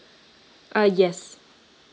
uh yes